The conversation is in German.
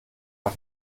das